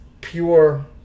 pure